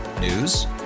news